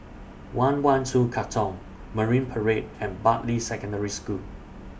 one one two Katong Marine Parade and Bartley Secondary School